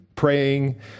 praying